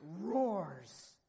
roars